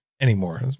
anymore